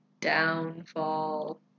downfall